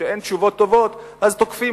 כשאין תשובות טובות אז תוקפים,